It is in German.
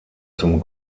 zum